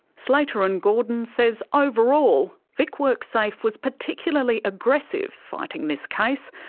slater and gordon says overall vic worksafe was particularly aggressive fighting this case,